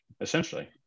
essentially